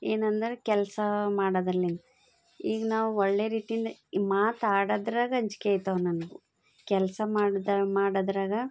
ಏನೆಂದರೆ ಕೆಲಸ ಮಾಡುವಲ್ಲಿನ ಈಗ ನಾವು ಒಳ್ಳೆ ರೀತಿಯಿಂದ ಈಗ ಮಾತಾಡೋದ್ರಾಗ ಅಂಜಿಕೆ ಆಯ್ತವ ನನಗೂ ಕೆಲಸ ಮಾಡಿದ ಮಾಡಿದ್ರಾಗ